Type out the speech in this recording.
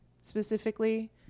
specifically